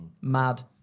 Mad